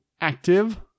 active